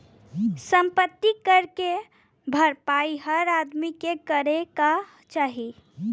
सम्पति कर के भरपाई हर आदमी के करे क चाही